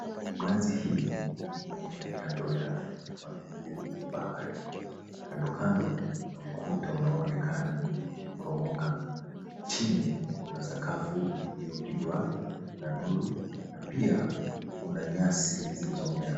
Nazi hii imemea kando ya magugu ya bahari. Kando kando kuna ukuta unaoonekana ukiporomoka. Chini kuna sakafu iliopigwa na nuru na pia kuna nyasi zilizomea.